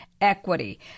equity